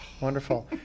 wonderful